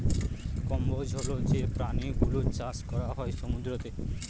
কম্বোজ হল যে প্রাণী গুলোর চাষ করা হয় সমুদ্রতে